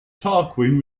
tarquin